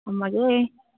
ꯊꯝꯃꯒꯦ